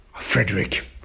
Frederick